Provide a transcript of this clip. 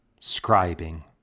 Scribing